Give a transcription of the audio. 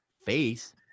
face